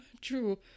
true